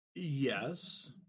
Yes